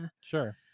sure